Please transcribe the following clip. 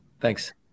Thanks